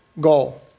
goal